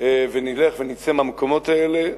ונלך ונצא מהמקומות האלה,